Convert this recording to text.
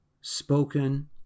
spoken